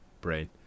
brain